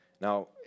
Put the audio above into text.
Now